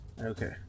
Okay